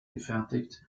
gefertigt